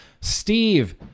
Steve